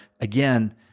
again